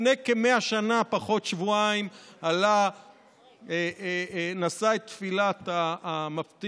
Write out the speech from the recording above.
לפני כ-100 שנה פחות שבועיים נשא את תפילת המפטיר,